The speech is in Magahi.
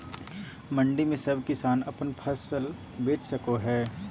मंडी में सब किसान अपन फसल बेच सको है?